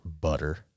butter